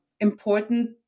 important